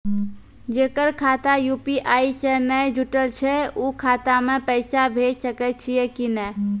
जेकर खाता यु.पी.आई से नैय जुटल छै उ खाता मे पैसा भेज सकै छियै कि नै?